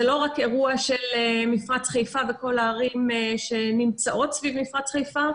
לא רק אירוע של מפרץ חיפה וכל הערים והישובים שנמצאים סביב מפרץ חיפה,